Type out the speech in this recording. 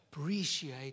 Appreciate